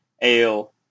Ale